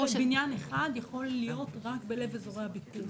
בניין אחד יכול להיות רק בלב אזורי הביקוש.